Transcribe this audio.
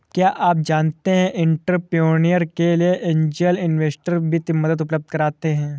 क्या आप जानते है एंटरप्रेन्योर के लिए ऐंजल इन्वेस्टर वित्तीय मदद उपलब्ध कराते हैं?